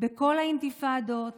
בכל האינתיפאדות,